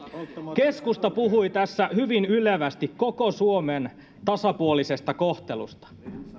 keskusta puhui tässä hyvin ylevästi koko suomen tasapuolisesta kohtelusta